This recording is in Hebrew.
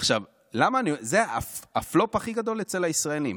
זה הפלופ הכי גדול אצל הישראלים,